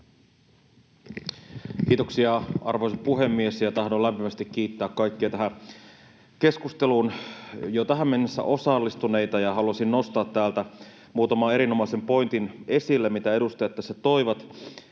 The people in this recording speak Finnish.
Kiitoksia, arvoisa puhemies! Tahdon lämpimästi kiittää kaikkia tähän keskusteluun jo tähän mennessä osallistuneita, ja haluaisin nostaa täältä esille muutaman erinomaisen pointin, mitä edustajat tässä toivat.